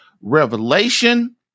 Revelation